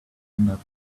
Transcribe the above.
enough